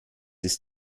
ist